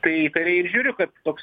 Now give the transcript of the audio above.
tai įtariai ir žiūriu kad toks